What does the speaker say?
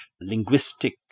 linguistic